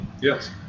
Yes